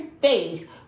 faith